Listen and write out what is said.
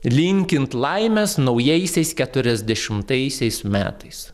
linkint laimės naujaisiais keturiasdešimtaisiais metais